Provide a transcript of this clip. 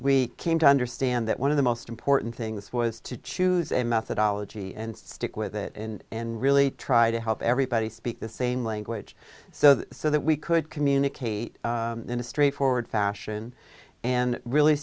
we came to understand that one of the most important things was to choose a methodology and stick with it and really try to help everybody speak the same language so that we could communicate in a straightforward fashion and really